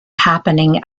happening